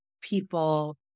people